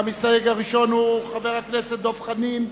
המסתייג הראשון הוא חבר הכנסת דב חנין,